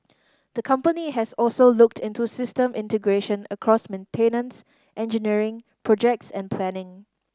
the company has also looked into system integration across maintenance engineering projects and planning